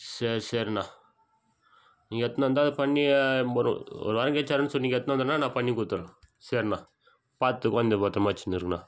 சரி சரிண்ணா நீங்கள் எடுத்துன்னு வந்தால் பண்ணி ஒரு ஒரு வாரம் கழிச்சி வரேன்னு சொன்னீங்க எடுத்துன்னு வந்தீனா நான் பண்ணி கொடுத்துட்றேன் சரிண்ணா பார்த்து குழந்தைய பத்திரமா வெச்சுன்னு இருங்கண்ணா